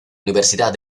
universidad